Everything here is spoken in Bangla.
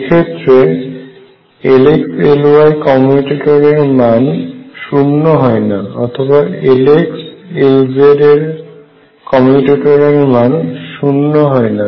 এক্ষেত্রে Lx Ly এর মান শুন্য হয় না অথবাLx Lzএর মান শূন্য হয় না